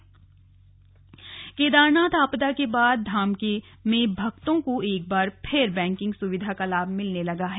slug Kedarnath ATM Kedarnath आपदा के बाद धाम में भक्तों को एक बार फिर बैंकिंग सुविधा का लाभ मिलने लगा है